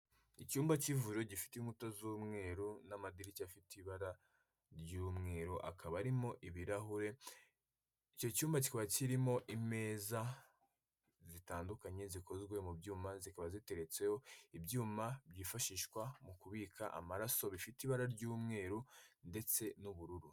Icyumba cy'ivuriro gifite inkuta z'umweru n'amadirishya afite ibara ry'umweru akaba arimo ibirahure, icyo cyuma kiba kirimo imeza zitandukanye zikozwe mu byuma zikaba ziteretseho ibyuma byifashishwa mu kubika amaraso, bifite ibara ry'umweru ndetse n'ubururu.